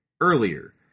earlier